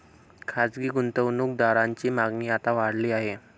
खासगी गुंतवणूक दारांची मागणी आता वाढली आहे